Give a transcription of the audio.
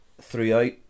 throughout